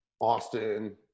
austin